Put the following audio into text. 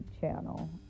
channel